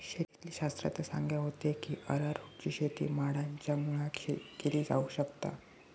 शेतीतले शास्त्रज्ञ सांगा होते की अरारोटची शेती माडांच्या मुळाक केली जावक शकता